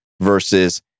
versus